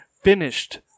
finished